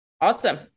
Awesome